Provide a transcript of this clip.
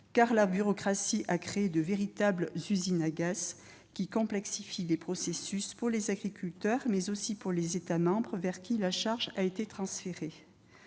car la bureaucratie a créé de véritables usines à gaz qui complexifient les processus, pour les agriculteurs comme pour les États membres auxquels la charge a été transférée.